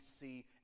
see